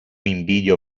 invidio